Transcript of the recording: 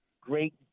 great